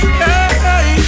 hey